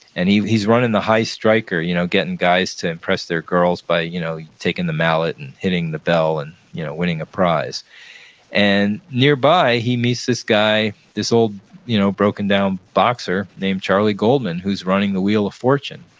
and he's running the high striker, you know getting guys to impress their girls by you know the mallet and hitting the bell and you know winning a prize and nearby, he meets this guy, this old you know broken-down boxer named charley goldman, who's running the wheel of fortune.